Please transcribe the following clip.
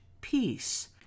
peace